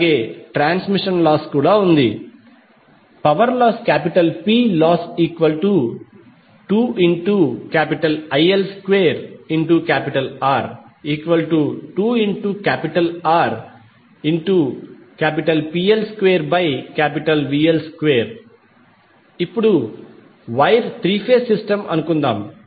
అలాగే transmission loss కూడా ఉంటుంది Ploss2IL2R2RPL2VL2 ఇప్పుడు 3 వైర్ త్రీ ఫేజ్ సిస్టమ్ తీసుకుందాం